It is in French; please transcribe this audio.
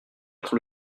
être